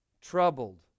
troubled